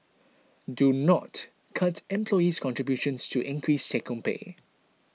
do not cut employee's contributions to increase take home pay